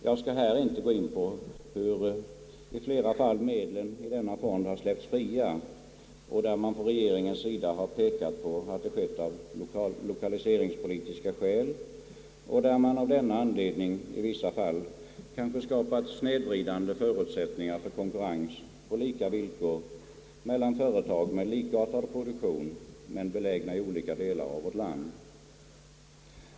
Jag skall här inte gå in på hur i flera fall medlen i denna fond har släppts fria och där man från regeringens sida har pekat på att det skett av lokaliseringspolitiska skäl och där man av denna anledning i vissa fall skapat snedvridande förutsättningar för konkurrens på lika villkor mellan företag med likartad produktion men belägna i olika delar av vårt land.